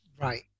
Right